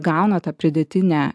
gauna tą pridėtinę